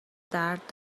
درد